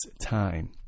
Time